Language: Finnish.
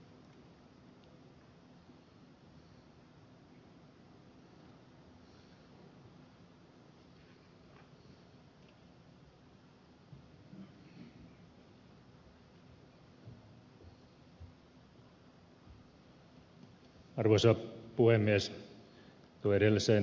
tuohon edelliseen ed